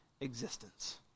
existence